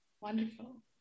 Wonderful